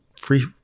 free